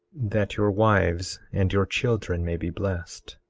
that your wives and your children may be blessed.